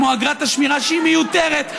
כמו אגרת השמירה שהיא מיותרת,